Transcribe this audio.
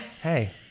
Hey